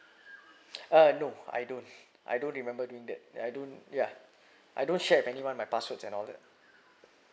uh no I don't I don't remember doing that I don't yeah I don't share with anyone my passwords and all that